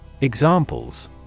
Examples